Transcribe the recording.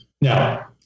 now